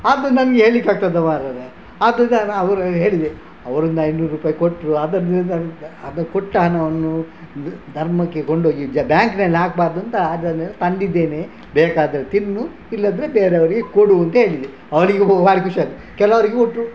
ಅದು ನನಗೆ ಹೇಳೋಕ್ಕಾಗ್ತದ ಮಾರಯರೇ ಅದು ಅವರು ಹೇಳಿದೆ ಅವರೊಂದು ಐನೂರು ರೂಪಾಯಿ ಕೊಟ್ಟರು ಅದು ಕೊಟ್ಟ ಹಣವನ್ನು ಧರ್ಮಕ್ಕೆ ಕೊಂಡೋಗಿ ಬ್ಯಾಂಕ್ನಲ್ಲಿ ಹಾಕಬಾರ್ದು ಅಂತ ಅದನ್ನು ತಂದಿದ್ದೇನೆ ಬೇಕಾದರೆ ತಿನ್ನು ಇಲ್ಲದಿದ್ರೆ ಬೇರೆಯವ್ರಿಗೆ ಕೊಡು ಅಂತ ಹೇಳಿದೆ ಅವಳಿಗೆ ಭಾರಿ ಖುಷಿ ಆಯಿತು ಕೆಲವರಿಗೆ ಕೊಟ್ಟರೂ